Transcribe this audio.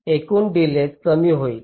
एकूण डिलेज कमी होईल